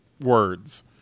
words